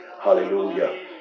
hallelujah